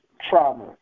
trauma